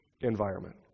environment